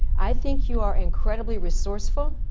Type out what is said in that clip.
i think you are incredibly resourceful,